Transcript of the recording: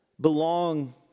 belong